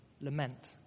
lament